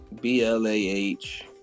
B-L-A-H